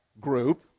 group